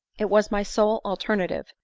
it was my sole alternative,